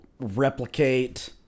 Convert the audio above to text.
replicate